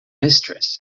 mistress